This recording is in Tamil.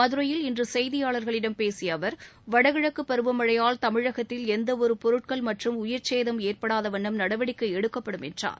மதுரையில் இன்றுசெய்தியாளர்களிடம் பேசியஅவர் வடகிழக்குபருவமழையால் தமிழகத்தில் எந்தவொருபொருட்கள் மற்றும் உயிர்சேதம் ஏற்படாதவண்ணம் நடவடிக்கைஎடுக்கப்படும் என்றார்